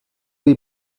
wie